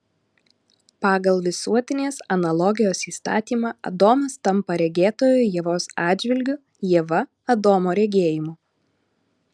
pagal visuotinės analogijos įstatymą adomas tampa regėtoju ievos atžvilgiu ieva adomo regėjimu